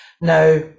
Now